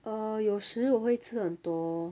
err 有时我会吃很多